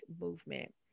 movement